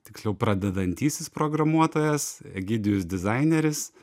tiksliau pradedantysis programuotojas egidijus dizaineris